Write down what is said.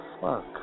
fuck